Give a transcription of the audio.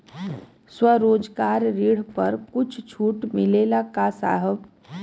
स्वरोजगार ऋण पर कुछ छूट मिलेला का साहब?